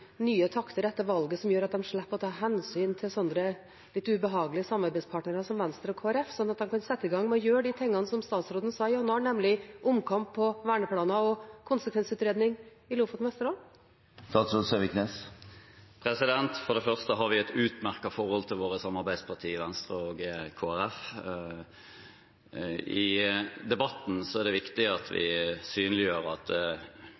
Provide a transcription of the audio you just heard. nye takter etter valget som gjør at de slipper å ta hensyn til sånne litt ubehagelige samarbeidspartnere som Venstre og Kristelig Folkeparti, slik at de kan sette i gang med å gjøre de tingene som statsråden sa i januar, nemlig omkamp om verneplaner og konsekvensutredning i Lofoten og Vesterålen? For det første har vi et utmerket forhold til våre samarbeidspartier, Venstre og Kristelig Folkeparti. I debatten er det viktig at vi synliggjør at